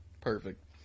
Perfect